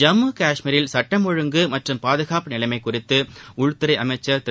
ஜம்மு காஷ்மீரில் சட்டம் ஒழுங்கு மற்றும் பாதுகாப்பு நிலைமை குறித்து உள்துறை அமைச்சர் திரு